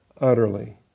utterly